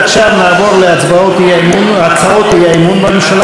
עכשיו נעבור להצבעות על הצעות האי-אמון בממשלה.